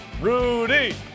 Rudy